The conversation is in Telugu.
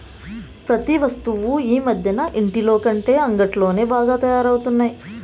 ప్రతి వస్తువు ఈ మధ్యన ఇంటిలోకంటే అంగిట్లోనే బాగా తయారవుతున్నాయి